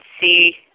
see